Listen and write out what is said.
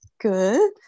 good